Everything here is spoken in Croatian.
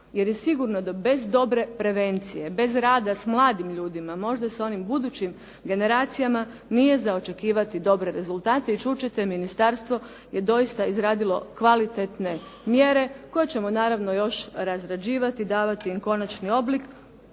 Jer je sigurno da bez dobre prevencije, bez rada s mladim ljudima, možda sa onim budućim generacijama nije za očekivati dobre rezultate. I čut ćete ministarstvo je doista izradilo kvalitetne mjere koje ćemo naravno još razrađivati, davati im konačni oblik,